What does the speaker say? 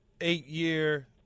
eight-year